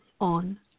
on